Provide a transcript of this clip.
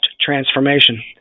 transformation